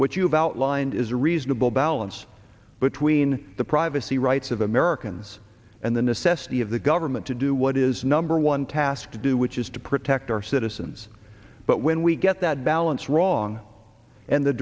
what you've outlined is a reasonable balance between the privacy rights of americans and the necessity of the government to do what is number one task to do which is to protect our citizens but when we get that balance wrong and the